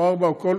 או ארבע שנים,